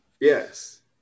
Yes